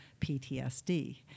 PTSD